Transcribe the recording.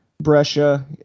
Brescia